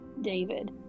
David